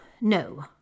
no